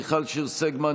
מיכל שיר סגמן,